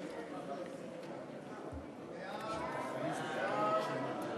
חוק הטבות לניצולי שואה (תיקון